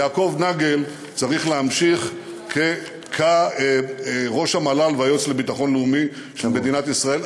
יעקב נגל צריך להמשיך כראש המל"ל והיועץ לביטחון לאומי של מדינת ישראל.